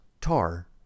Tar